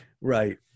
Right